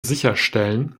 sicherstellen